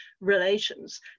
relations